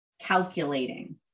calculating